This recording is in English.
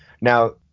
Now